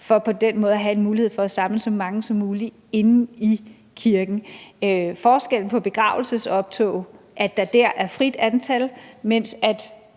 for på den måde at have en mulighed for at samle så mange som muligt inde i kirken. Når der er forskel og altså frit antal i